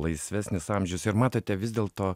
laisvesnis amžius ir matote vis dėlto